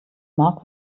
mark